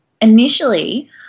Initially